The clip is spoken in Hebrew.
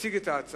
תציג את ההצעה